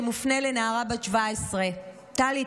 שמופנה לנערה בת 17. טלי,